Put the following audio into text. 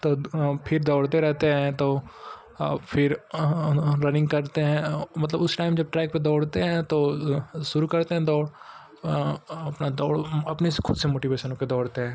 तो फिर दौड़ते रहते हैं तो फिर हम हम रनिन्ग करते हैं मतलब उस टाइम जब ट्रैक पर दौड़ते हैं तो शुरू करते हैं दौड़ अपनी दौड़ अपने से खुद से मोटिवेशन होकर दौड़ते हैं